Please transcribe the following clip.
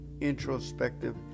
introspective